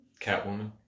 Catwoman